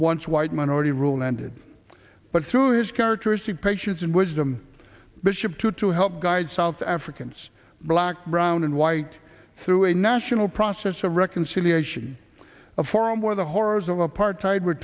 once white minority rule ended but through its characteristic patience and wisdom bishop tutu helped guide south africans black brown and white through a national process of reconciliation a forum where the horrors of apartheid were